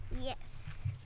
yes